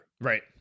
right